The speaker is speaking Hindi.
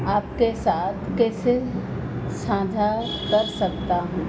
आपके साथ कैसे साझा कर सकता हूँ